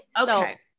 Okay